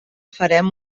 farem